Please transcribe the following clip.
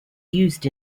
used